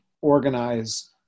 organize